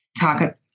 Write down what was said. talk